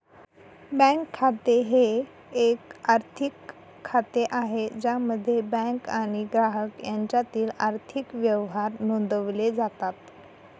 bank खाते हे एक आर्थिक खाते आहे ज्यामध्ये बँक आणि ग्राहक यांच्यातील आर्थिक व्यवहार नोंदवले जातात